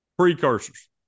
Precursors